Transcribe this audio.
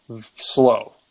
slow